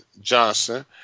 Johnson